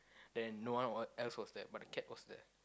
then no one else was there but the cat was there